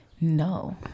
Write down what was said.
No